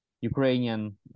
Ukrainian